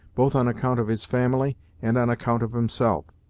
both on account of his family, and on account of himself.